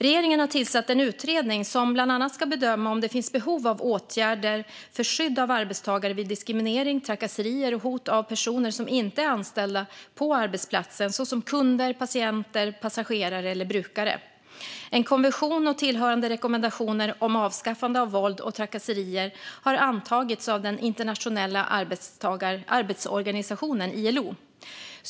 Regeringen har tillsatt en utredning som bland annat ska bedöma om det finns behov av åtgärder för skydd av arbetstagare vid diskriminering, trakasserier och hot från personer som inte är anställda på arbetsplatsen, såsom kunder, patienter, passagerare eller brukare. En konvention och tillhörande rekommendationer om avskaffande av våld och trakasserier har antagits av Internationella arbetsorganisationen, ILO.